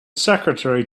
secretary